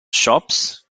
shops